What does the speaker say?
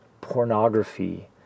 pornography